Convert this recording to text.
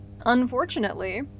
Unfortunately